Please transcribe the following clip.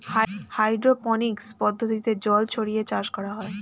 hydroponics পদ্ধতিতে জল ছড়িয়ে চাষ করা হয়